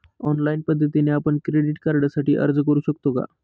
Online पद्धतीने आपण credit कार्डसाठी अर्ज करु शकतो का?